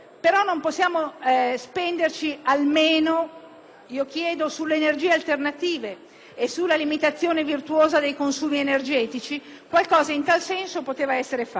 spenderci sulle energie alternative e sulla limitazione virtuosa dei consumi energetici. Qualcosa in tal senso si poteva fare. Immaginare un sistema di incentivi,